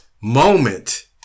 moment